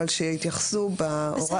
אבל הן התייחסו בהוראה